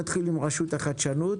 נתחיל עם רשות החדשנות,